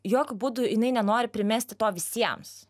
jokiu būdu jinai nenori primesti to visiems